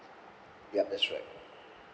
yup that's right